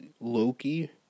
Loki